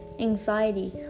anxiety